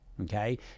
Okay